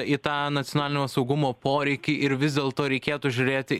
į tą nacionalinio saugumo poreikį ir vis dėlto reikėtų žiūrėti